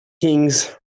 Kings